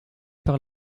par